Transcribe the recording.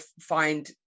find